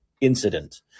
incident